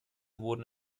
wurden